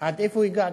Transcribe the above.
עד איפה הגענו?